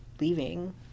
leaving